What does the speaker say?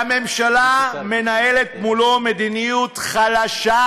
והממשלה מנהלת מולו מדיניות חלשה,